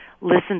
listen